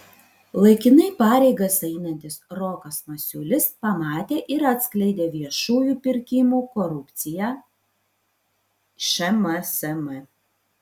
laikinai pareigas einantis rokas masiulis pamatė ir atskleidė viešųjų pirkimų korupciją šmsm